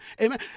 Amen